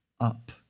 up